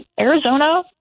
Arizona